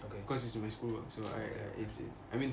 okay okay